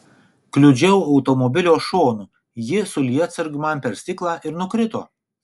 kliudžiau automobilio šonu ji su lietsargiu man per stiklą ir nukrito